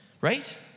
Right